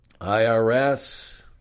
IRS